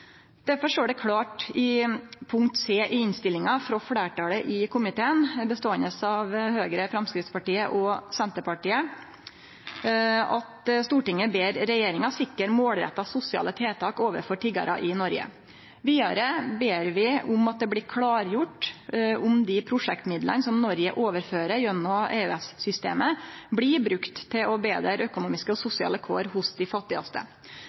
Derfor står det klart i punkt C i innstillinga frå fleirtalet i komiteen – beståande av Høgre, Framstegspartiet og Senterpartiet – at Stortinget ber regjeringa sikre målretta sosiale tiltak overfor tiggarar i Noreg. Vidare ber vi om at det blir klargjort om dei prosjektmidlane som Noreg overfører gjennom EØS-systemet, blir brukte til å betre økonomiske og sosiale kår hos dei fattigaste.